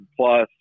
plus